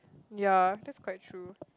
ya that's quite true